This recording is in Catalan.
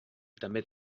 també